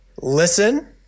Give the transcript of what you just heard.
Listen